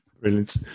Brilliant